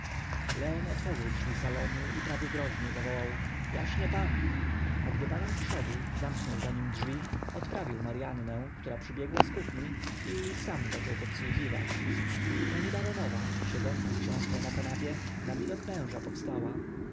leon otworzył drzwi salonu i prawie groźnie zawołał jaśnie pan a gdy baron wszedł zamknął za nim drzwi odprawił maryannę która przybiegła z kuchni i sam zaczął podsłuchiwać pani baronowa siedząca z książką na kanapie na widok męża powstała